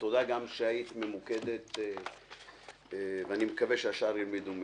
תודה שהיית ממוקדת ואני מקווה שהשאר ילמדו ממך.